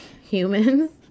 Humans